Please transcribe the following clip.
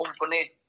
company